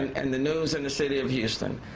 and the news and the city of houston.